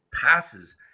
passes